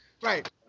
right